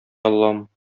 аллам